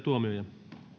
puhemies